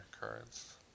cards